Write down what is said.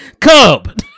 cub